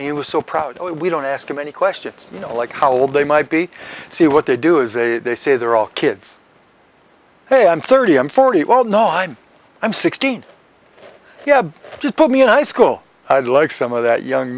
he was so proud we don't ask him any questions you know like how old they might be see what they do is they say they're all kids hey i'm thirty i'm forty well no i'm i'm sixteen yeah just put me in high school i like some of that young